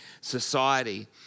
society